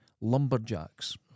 lumberjacks